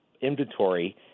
inventory